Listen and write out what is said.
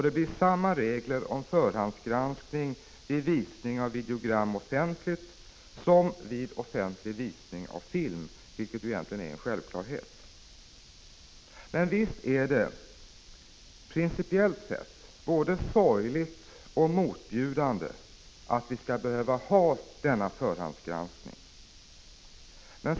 Det blir samma regel om förhandsgranskning vid visning av videogram offentligt som vid offentlig visning av film, vilket egentligen är en självklarhet. Men visst är det, principiellt sett, både sorgligt och motbjudande att vi skall behöva ha denna förhandsgranskning.